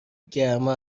گرما